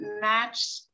match